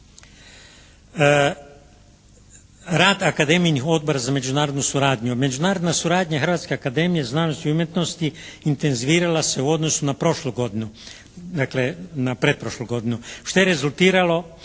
Rad akademijinih odbora za međunarodnu suradnju. Međunarodna suradnja Hrvatske akademije znanosti i umjetnosti intenzivirala se u odnosu na prošlu godinu, dakle na pretprošlu godinu što je rezultiralo